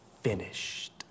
finished